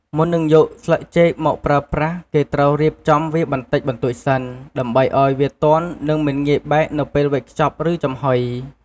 មុននឹងយកស្លឹកចេកមកប្រើប្រាស់ គេត្រូវរៀបចំវាបន្តិចបន្តួចសិន ដើម្បីឱ្យវាទន់និងមិនងាយបែកនៅពេលវេចខ្ចប់ឬចំហុយ។